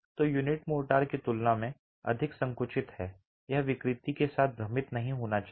तो unit mortar की तुलना में अधिक संकुचित है यह विकृति के साथ भ्रमित नहीं होना चाहिए